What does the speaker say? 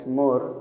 more